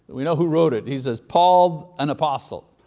we know who wrote it, he says paul, an apostle.